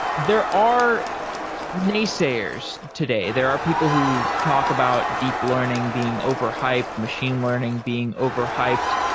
there are naysayers today. there are people who talk about deep learning being overhyped, machine learning being overhyped.